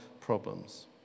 problems